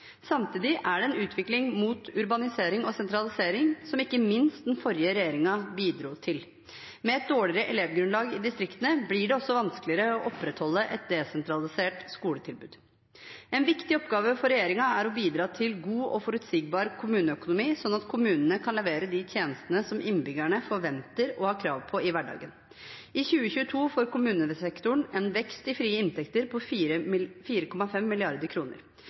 Samtidig er det en utvikling mot urbanisering og sentralisering, som ikke minst den forrige regjeringen bidro til. Med et dårligere elevgrunnlag i distriktene blir det også vanskeligere å opprettholde et desentralisert skoletilbud. En viktig oppgave for regjeringen er å bidra til god og forutsigbar kommuneøkonomi, slik at kommunene kan levere de tjenestene som innbyggerne forventer og har krav på i hverdagen. I 2022 får kommunesektoren en vekst i frie inntekter på